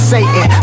Satan